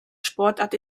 sportart